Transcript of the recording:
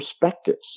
perspectives